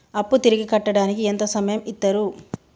అప్పు తిరిగి కట్టడానికి ఎంత సమయం ఇత్తరు?